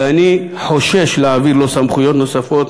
ואני חושש להעביר לו סמכויות נוספות.